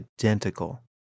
identical